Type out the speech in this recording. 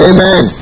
Amen